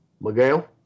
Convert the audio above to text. Miguel